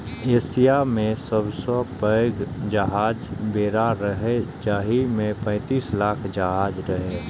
Asia मे सबसं पैघ जहाजक बेड़ा रहै, जाहि मे पैंतीस लाख जहाज रहै